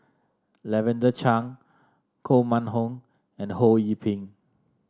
Lavender Chang Koh Mun Hong and Ho Yee Ping